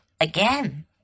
again